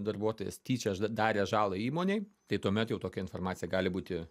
darbuotojas tyčia darė žalą įmonei tai tuomet jau tokia informacija gali būti